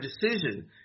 decision